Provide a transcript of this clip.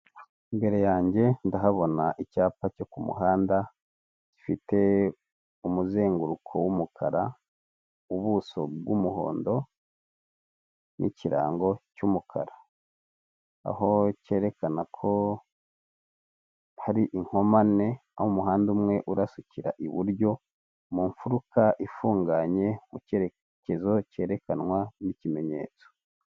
Imbere yanjye ndahabona icyapa cyo ku muhanda gifite umuzenguruko w'umukara, ubuso bw'umuhondo n'ikirango cy'umukara. Aho cyerekana ko hari inkomane umuhanda umwe urasukira iburyo mu mfuruka ifunganye mu cyerekezo cyerekanwa n'kimenyetso.